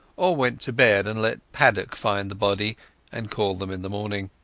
or went to bed and let paddock find the body and call them in the morning.